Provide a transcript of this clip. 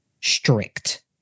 strict